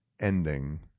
ending